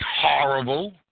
horrible